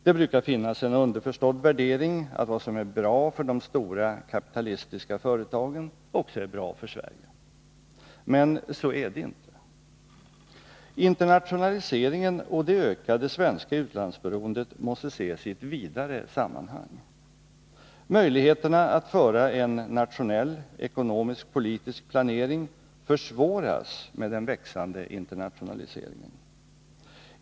Det brukar finnas en underförstådd värdering, att vad som är bra för de stora kapitalistiska företagen också är bra för Sverige. Men så är det inte. Internationaliseringen och det ökade svenska utlandsberoendet måste ses i ett vidare sammanhang. Möjligheterna att föra en nationell ekonomisk-politisk planering försvåras med den växande internationaliseringen.